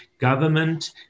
government